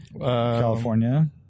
California